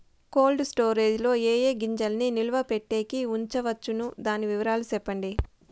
Cold storage లో ఏ ఏ గింజల్ని నిలువ పెట్టేకి ఉంచవచ్చును? దాని వివరాలు సెప్పండి?